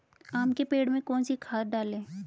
आम के पेड़ में कौन सी खाद डालें?